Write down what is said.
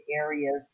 areas